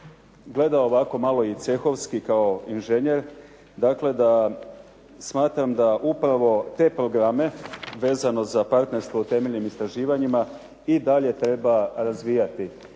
gledao ovako malo i cehovski kao i inženjer, dakle da smatram da upravo te programe vezano za partnerstvo o temeljnim istraživanjima i dalje treba razvijati,